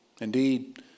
indeed